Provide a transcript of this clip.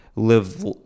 live